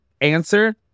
answer